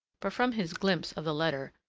but from his glimpse of the letter,